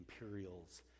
Imperials